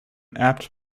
apt